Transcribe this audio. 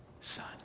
son